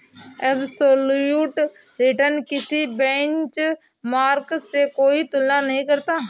absolute return किसी benchmark से कोई तुलना नहीं करता